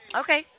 Okay